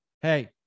Hey